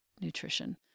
nutrition